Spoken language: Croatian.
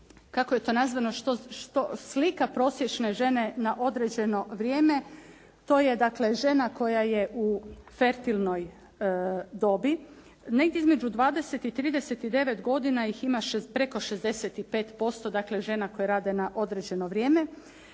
kako je to nazvano, što slika prosječne žene na određeno vrijeme. To je dakle žena koja je u fertilnoj dobi. Negdje između 20 i 39 godina ih ima preko 65%, dakle žena koje rade na određeno vrijeme.